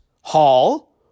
Hall